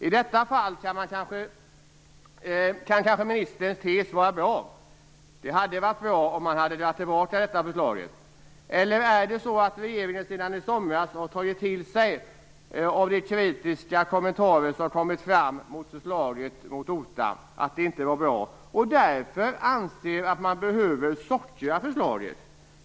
I detta fall kan kanske ministerns tes vara bra. Det hade varit bra om man hade dragit tillbaka förslaget. Eller är det så att regeringen sedan i somras har tagit till sig av de kritiska kommentarerna till förslaget om OTA, att det inte var bra, och att man därför anser att man så att säga behöver sockra förslaget?